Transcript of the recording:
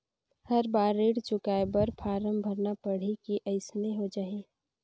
हर बार ऋण चुकाय बर फारम भरना पड़ही की अइसने हो जहीं?